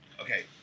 okay